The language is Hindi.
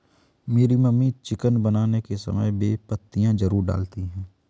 मेरी मम्मी चिकन बनाने के समय बे पत्तियां जरूर डालती हैं